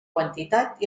quantitat